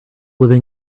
living